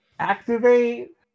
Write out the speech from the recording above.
Activate